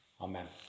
Amen